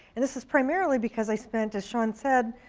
and this is primarily because i spent, as shawn said,